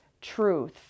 truth